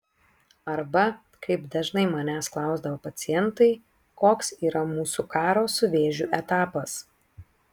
arba kaip dažnai manęs klausdavo pacientai koks yra mūsų karo su vėžiu etapas